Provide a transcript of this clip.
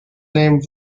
name